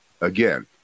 again